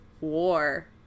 war